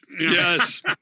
Yes